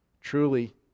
Truly